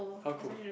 how cold